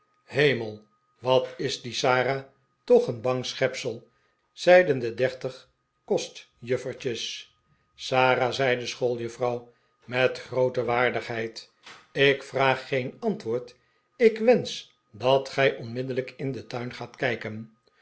hemel wat is die sara toch een bang schepsel zeiden de dertig kostjuffertjes sara zei de school juffrouw met groote waardigheid ik vraag geen antwoord ik wensch dat gij onmiddellijk in den tuin gaat kijken